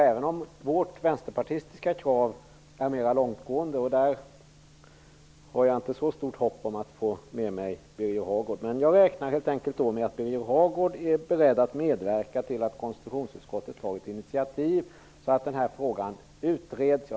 Även om vårt vänsterpartistiska krav är mer långtgående -- jag har inte så stort hopp om att få med mig Birger Hagård på det -- räknar jag med att Birger Hagård är beredd att medverka till att konstitutionsutskottet tar initiativ till att denna fråga utreds.